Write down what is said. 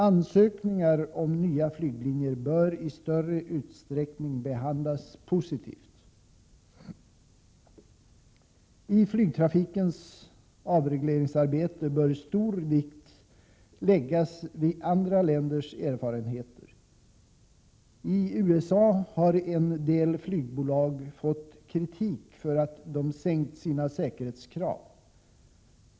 Ansökningar om nya flyglinjer bör i större utsträckning behandlas positivt. I arbetet med avreglering av flygtrafiken bör stor vikt fästas vid andra länders erfarenheter. I USA har en del flygbolag fått kritik för att de sänkt sina säkerhetskrav.